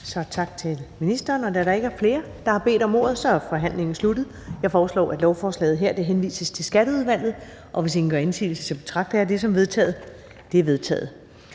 så tak til ministeren. Da der ikke er flere, der har bedt om ordet, er forhandlingen sluttet. Jeg foreslår, at lovforslaget henvises til Skatteudvalget. Hvis ingen gør indsigelse, betragter jeg det som vedtaget. Det er vedtaget.